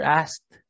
asked